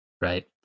right